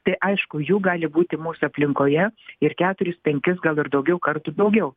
tai aišku jų gali būti mūsų aplinkoje ir keturis penkis gal ir daugiau kartų daugiau